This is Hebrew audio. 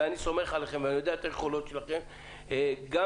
ואני סומך עליכם ויודע את היכולות שלכם,